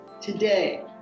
today